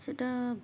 সেটা